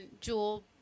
Jewel